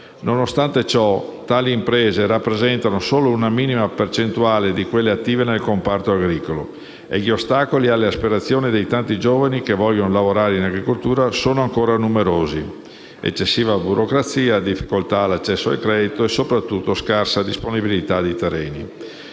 Nonostante ciò, tali imprese rappresentano solo una minima percentuale di quelle attive nel comparto agricolo e gli ostacoli alle aspirazioni dei tanti giovani che vogliono lavorare in agricoltura sono ancora numerosi: eccessiva burocrazia, difficoltà nell'accesso al credito e, soprattutto, scarsa disponibilità dei terreni.